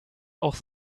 auch